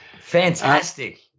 Fantastic